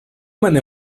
many